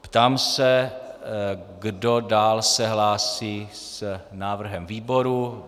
Ptám se, kdo dál se hlásí s návrhem výboru?